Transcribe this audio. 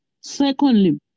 Secondly